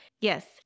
Yes